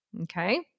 Okay